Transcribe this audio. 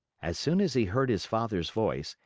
as soon as he heard his father's voice,